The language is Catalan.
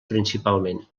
principalment